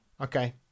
Okay